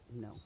no